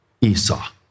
Esau